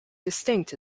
distinct